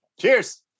cheers